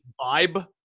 vibe